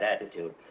attitude